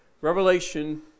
Revelation